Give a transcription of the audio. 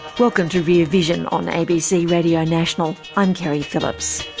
welcome to rear vision on abc radio national. i'm keri phillips.